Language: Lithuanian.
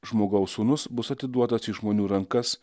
žmogaus sūnus bus atiduotas į žmonių rankas